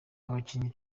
abakinnyi